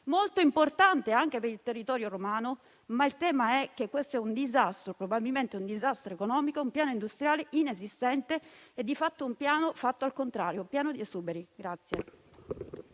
molto importante anche per il territorio romano, ma il tema è che questo è probabilmente un disastro economico, con un piano industriale inesistente e, in pratica, fatto al contrario, pieno di esuberi. MALAN